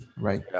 right